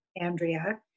Andrea